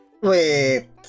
wait